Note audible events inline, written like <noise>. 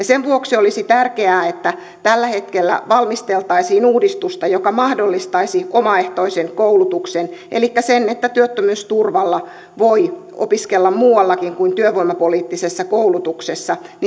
<unintelligible> sen vuoksi olisi tärkeää että tällä hetkellä valmisteltaisiin uudistusta joka mahdollistaisi omaehtoisen koulutuksen elikkä sen että työttömyysturvalla voi opiskella muuallakin kuin työvoimapoliittisessa koulutuksessa